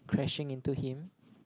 crashing into him